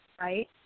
right